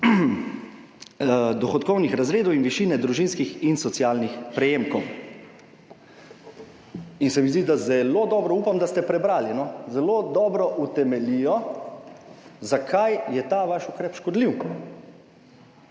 dohodkovnih razredov in višine družinskih in socialnih prejemkov. Zdi se mi, da zelo dobro, upam, da ste prebrali, zelo dobro utemeljijo, zakaj je ta vaš ukrep škodljiv.